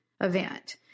event